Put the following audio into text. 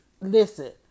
listen